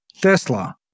Tesla